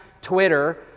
Twitter